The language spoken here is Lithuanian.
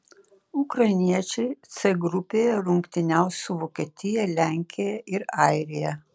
ukrainiečiai c grupėje rungtyniaus su vokietija lenkija ir airija